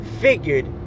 figured